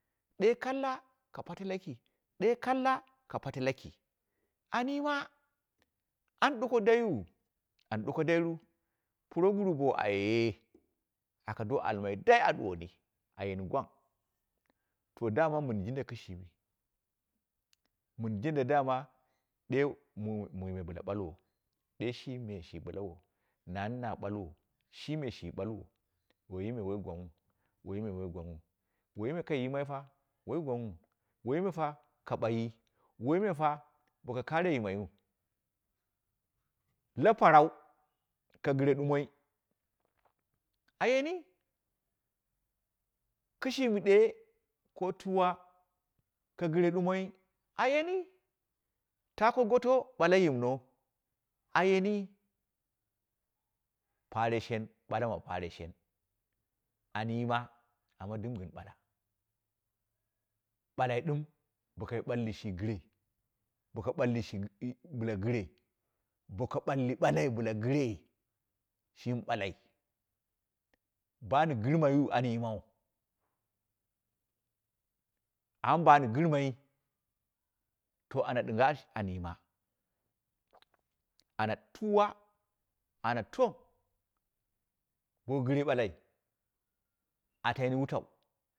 Ɗee kalla ka pate laki, ɗee kwala ku pute laki, am yima an duko dai wu, an duko duiru proguru bo a ayeye, aka do almai dai a ɗuwani ayeni gweng to damo mɨn jindai kɨshimi, mɨn jinda dama, ɗee mu muime bɨla balwo, ɗee she me shi ɓulwo nani na bulwo shime shi balwo waime wai gwanwu, waime wai gwanwu, waime kai yimaitu wai gwan wu, waime fu ka bughi waime fu beka kare yimenu la paruu, ka gɨre dumoi ayen kishimi ɗee, ko tuwo, ku gɨre ɗumoi ayeni taa ko goto buleu yemno, a yemi, pare shen, ɓalla ma pare shen, an yima amma dini gɨn ɓula, ɓulai ɗim boku ɓulli shi gɨre, boka baki shi ki bɨla gɨre, boko baki balai bɨla gɨre, shimi balai bo an gɨrmai wu an yimau, amma bo an gɨrmai to ana ɗinga an yima, ana tuwa, ana tong bo gɨre balai ata yini wutau.